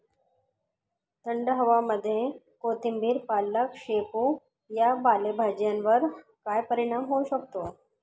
थंड हवामानामध्ये कोथिंबिर, पालक, शेपू या पालेभाज्यांवर काय परिणाम होऊ शकतो?